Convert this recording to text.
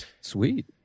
Sweet